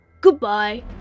Goodbye